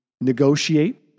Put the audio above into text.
negotiate